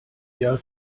jahr